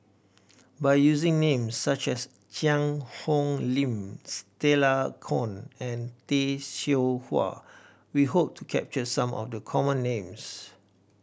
by using names such as Cheang Hong Lim Stella Kon and Tay Seow Huah we hope to capture some of the common names